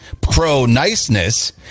pro-niceness